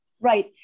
Right